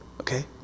Okay